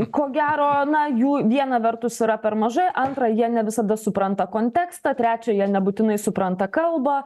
ko gero na jų viena vertus yra per mažai antra jie ne visada supranta kontekstą trečia jie nebūtinai supranta kalbą